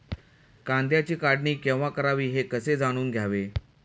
कांद्याची काढणी केव्हा करावी हे कसे जाणून घ्यावे?